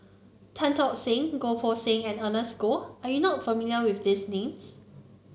Tan Tock Seng Goh Poh Seng and Ernest Goh are you not familiar with these names